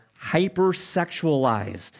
hypersexualized